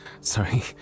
Sorry